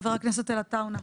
חבר הכנסת עטאונה.